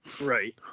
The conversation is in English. right